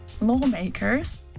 Lawmakers